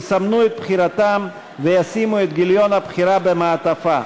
יסמנו את בחירתם וישימו את גיליון הבחירה במעטפה.